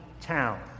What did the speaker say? town